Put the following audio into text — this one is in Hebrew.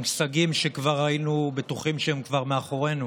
מושגים שכבר היינו בטוחים שהם מאחורינו,